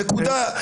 נקודה.